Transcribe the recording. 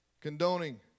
condoning